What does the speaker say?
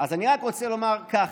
רק רוצה לומר כך: